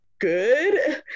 good